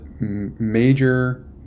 major